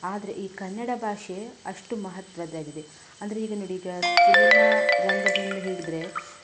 ಆದರೆ ಈ ಕನ್ನಡ ಭಾಷೆ ಅಷ್ಟು ಮಹತ್ವದ್ದಾಗಿದೆ ಅಂದರೆ ಈಗ ನೋಡಿ ಈಗ ಸಿನಿಮಾ ರಂಗದಲ್ಲಿ ಹೇಳಿದರೆ